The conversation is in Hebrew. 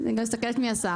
אני גם מסתכלת מי השר.